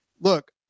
Look